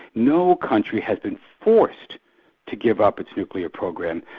no country has been forced to give up its nuclear program,